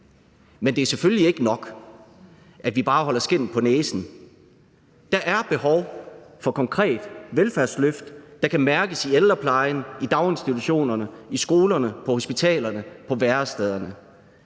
Men det er selvfølgelig ikke nok, at vi bare holder skindet på næsen. Der er behov for konkret velfærdsløft, der kan mærkes i ældreplejen, i daginstitutionerne, i skolerne, på hospitalerne, på værestederne.